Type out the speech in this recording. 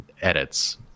edits